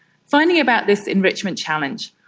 finding about this enrichment challenge,